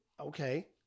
Okay